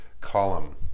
column